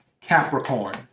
Capricorn